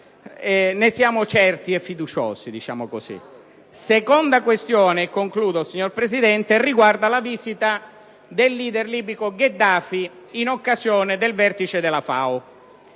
ne siamo certi e aspettiamo fiduciosi. La seconda questione, e concludo, signor Presidente, riguarda la visita del leader libico Gheddafi in occasione del vertice della FAO.